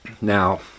Now